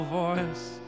voice